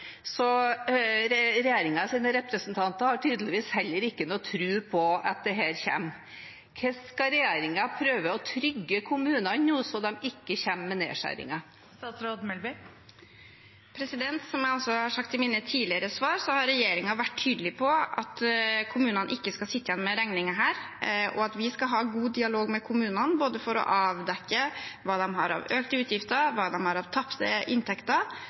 representanter har tydeligvis heller ikke noen tro på at dette kommer. Hvordan skal regjeringen prøve å trygge kommunene nå, slik at de ikke kommer med nedskjæringer? Som jeg også har sagt i mine tidligere svar, har regjeringen vært tydelig på at kommunene ikke skal sitte igjen med regningen her, og at vi skal ha god dialog med kommunene for å avdekke hva de har av økte utgifter, hva de har av